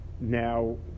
Now